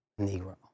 Negro